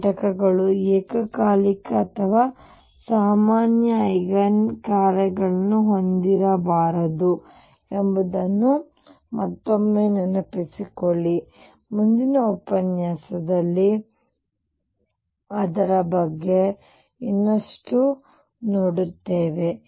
ಈ ಘಟಕಗಳು ಏಕಕಾಲಿಕ ಅಥವಾ ಸಾಮಾನ್ಯ ಐಗನ್ ಕಾರ್ಯಗಳನ್ನು ಹೊಂದಿರಬಾರದು ಎಂಬುದನ್ನು ಮತ್ತೊಮ್ಮೆ ನೆನಪಿಸಿಕೊಳ್ಳಿ ಮುಂದಿನ ಉಪನ್ಯಾಸದಲ್ಲಿ ಅದರ ಬಗ್ಗೆ ಇನ್ನಷ್ಟು ನೋಡುತ್ತೇವೆ